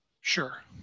Sure